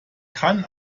kann